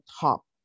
top